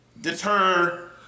deter